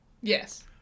Yes